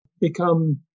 become